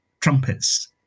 trumpets